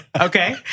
Okay